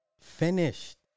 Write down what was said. Finished